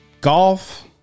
Golf